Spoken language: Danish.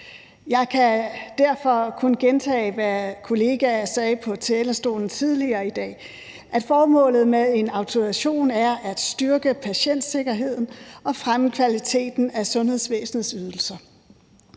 Jeg kan derfor kun gentage, hvad kollegaer sagde på talerstolen tidligere i dag, altså at formålet med en autorisation er at styrke patientsikkerheden og fremme kvaliteten af sundhedsvæsenets ydelser.